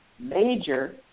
major